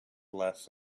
less